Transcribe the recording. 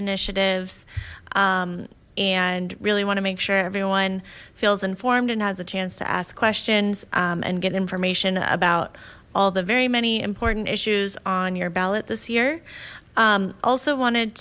initiatives and really want to make sure everyone feels informed and has a chance to ask questions and get information about all the very many important issues on your ballot this year also wanted